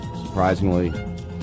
Surprisingly